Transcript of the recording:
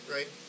Right